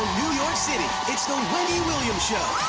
city, it's the wendy williams show!